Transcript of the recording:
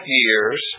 years